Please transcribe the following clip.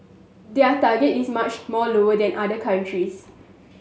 their target is much more lower than other countries